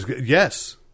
Yes